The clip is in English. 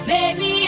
Baby